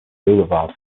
boulevard